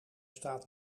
staat